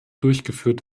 durchgeführt